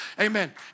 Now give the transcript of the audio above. Amen